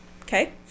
Okay